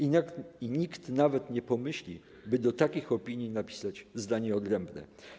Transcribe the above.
I nikt nawet nie pomyśli, by do takich opinii napisać zdanie odrębne.